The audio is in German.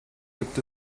gibt